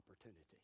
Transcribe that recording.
opportunity